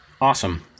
Awesome